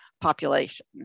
population